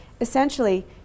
Essentially